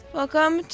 welcome